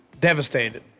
devastated